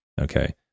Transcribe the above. Okay